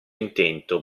intento